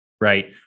right